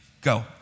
Go